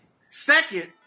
second